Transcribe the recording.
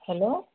hello